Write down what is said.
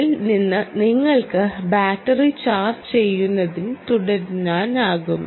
അതിൽ നിന്ന് നിങ്ങൾക്ക് ബാറ്ററി ചാർജ് ചെയ്യുന്നത് തുടരാനാകും